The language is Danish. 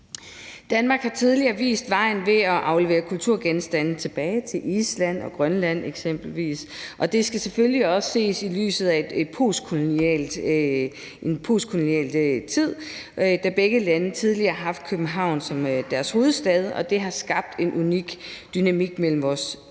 Danmark har tidligere vist vejen ved at aflevere kulturgenstande tilbage til eksempelvis Island og Grønland, og det skal selvfølgelig også ses i lyset af en postkolonial tid, da begge lande tidligere har haft København som deres hovedstad, og det har skabt en unik dynamik mellem vores